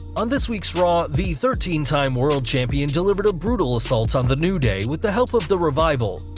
on this week's raw, the thirteen time world champion delivered a brutal assault on the new day with the help of the revival,